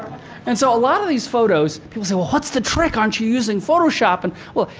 and so, a lot of these photos, people say, well, what's the trick? aren't you using photoshop? and well,